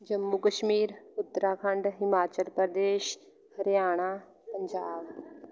Jammu Kashmir Uttarakhand Himachal Pradesh Haryana Punjab